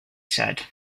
said